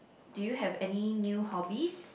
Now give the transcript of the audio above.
do you have any new hobbies